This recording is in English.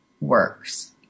works